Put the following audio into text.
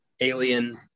Alien